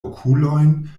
okulojn